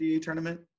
tournament